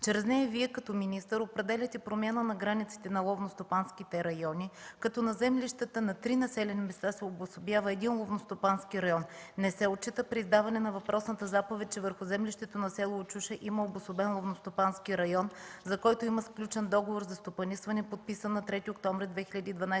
Чрез нея Вие като министър определяте промяна на границите на ловностопанските райони, като на землищата на три населени места се обособява един ловностопански район. Не се отчита при издаване на въпросната заповед, че върху землището на село Очуша има обособен ловностопански район, за който има сключен договор за стопанисване, подписан на 3 октомври 2012 г.